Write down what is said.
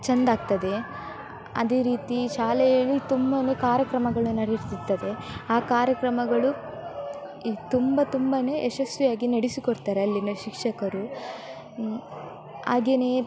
ಚೆಂದ ಆಗ್ತದೆ ಅದೇ ರೀತಿ ಶಾಲೆಯಲ್ಲಿ ತುಂಬನೇ ಕಾರ್ಯಕ್ರಮಗಳು ನಡೆಯುತ್ತಿರ್ತದೆ ಆ ಕಾರ್ಯಕ್ರಮಗಳು ಈ ತುಂಬ ತುಂಬನೇ ಯಶಸ್ವಿಯಾಗಿ ನಡೆಸಿಕೊಡ್ತಾರೆ ಅಲ್ಲಿನ ಶಿಕ್ಷಕರು ಹಾಗೆಯೇ